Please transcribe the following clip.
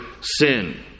sin